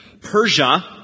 Persia